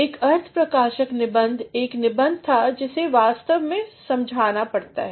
एक अर्थप्रकाशक निबंध एक निबंध था जिसे वास्तव में समझाना पड़ता था